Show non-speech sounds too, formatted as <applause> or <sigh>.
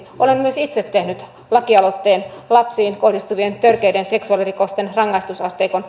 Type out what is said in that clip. itse tehnyt lakialoitteen lapsiin kohdistuvien törkeiden seksuaalirikosten rangaistusasteikon <unintelligible>